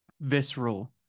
visceral